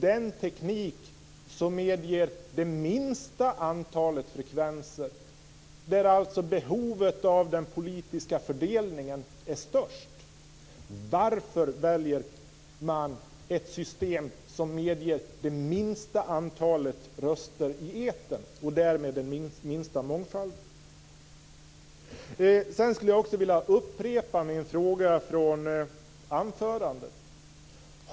Det är en teknik som medger det minsta antalet frekvenser där behovet av den politiska fördelningen är störst. Varför väljer man ett system som medger det minsta antalet röster i etern och därmed minst mångfald? Jag skulle också vilja upprepa min fråga som jag ställde i anförandet.